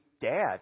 dad